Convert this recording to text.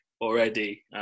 already